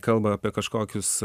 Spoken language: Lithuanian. kalba apie kažkokius